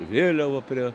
vėliava prie